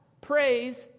praise